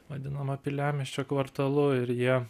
vadinama piliamiesčio kvartalu ir jie